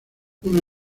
una